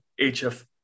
HF